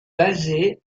basé